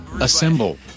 assemble